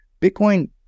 bitcoin